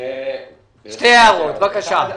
שתי הערות, בבקשה.